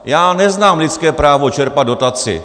Já neznám lidské právo čerpat dotaci.